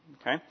Okay